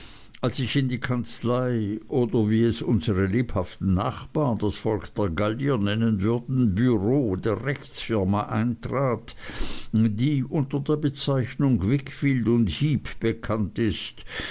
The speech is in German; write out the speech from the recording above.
als ich in die kanzlei oder wie es unsere lebhaften nachbarn das volk der gallier nennen würden bureau der rechtsfirma eintrat die unter der bezeichung wickfield heep bekannt ist